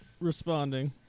responding